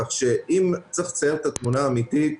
כך שאם צריך לצייר את התמונה האמיתית,